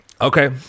Okay